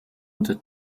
unter